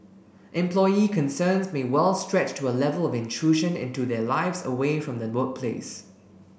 employee concerns may well stretch to a level of intrusion into their lives away from the workplace